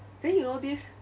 then you know this